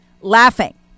laughing